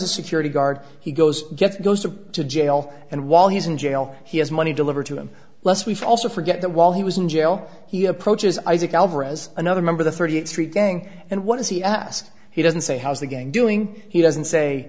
a security guard he goes gets goes to jail and while he's in jail he has money delivered to him less we also forget that while he was in jail he approaches isaac alvarez another member the thirtieth street gang and what does he ask he doesn't say how is the gang doing he doesn't say